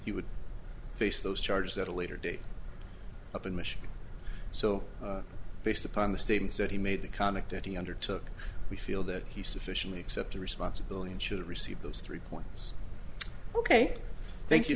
he would face those charges at a later date up in michigan so based upon the statements that he made the comic that he undertook we feel that he sufficiently accept the responsibility and should receive those three points ok thank you